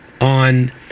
on